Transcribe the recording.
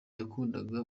yakundaga